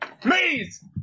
Please